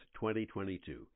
2022